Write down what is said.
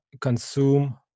consume